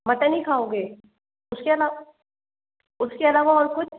mutton खाओगे उसके अलावा उसके अलावा और कुछ